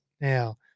Now